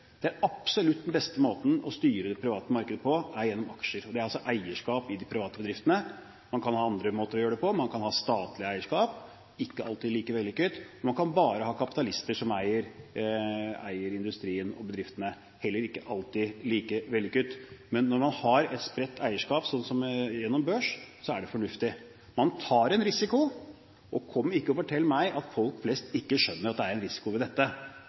er helt supert, det. Den absolutt beste måten å styre det private markedet på, er gjennom aksjer. Det er altså eierskap i de private bedriftene. Man kan ha andre måter å gjøre det på. Man kan ha statlig eierskap – ikke alltid like vellykket. Og man kan bare ha kapitalister som eier industrien og bedriftene – heller ikke alltid like vellykket. Men når man har et spredt eierskap, sånn som gjennom børs, er det fornuftig. Man tar en risiko, og kom ikke og fortell meg at folk flest ikke skjønner at det er en risiko ved dette,